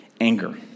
anger